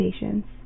patients